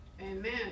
Amen